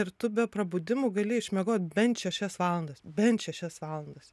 ir tu be prabudimų gali išmiegot bent šešias valandas bent šešias valandas